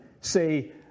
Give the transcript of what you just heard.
say